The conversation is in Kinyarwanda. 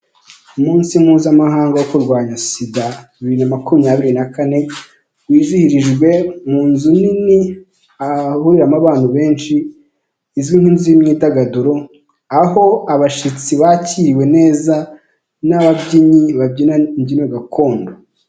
Umunsi mpuzamahanga wo kurwanya sida bibiri na makumyabiri na kane wizihirijwe mu nzu nini ahahuriramo abantu benshi izwi nk'inzu y'imyidagaduro, aho abashyitsi bakiriwe neza n'ababyinnyi babyinyina imbyino gakondo.